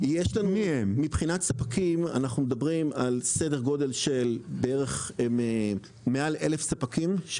אנחנו מדברים על סדר גודל של מעל 1,000 ספקים.